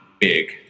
big